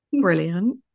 Brilliant